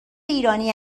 ایرانی